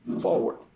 forward